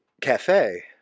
cafe